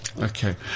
Okay